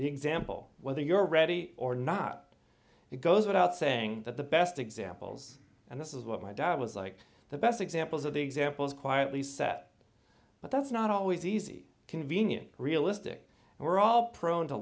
example whether you're ready or not it goes without saying that the best examples and this is what my dad was like the best examples are the examples quietly set but that's not always easy convenient realistic and we're all prone to